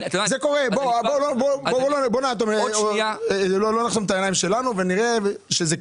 הוא אומר לך שלפני שאתה הולך לבנק אחר, גש ל-כאל.